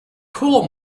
coal